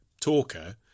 talker